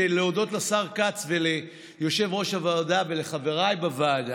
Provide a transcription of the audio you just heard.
להודות לשר כץ וליושב-ראש הוועדה ולחבריי בוועדה.